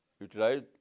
utilize